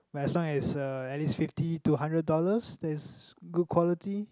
but as long as it's a at least fifty to hundred dollars that is good quality